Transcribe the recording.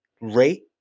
Rate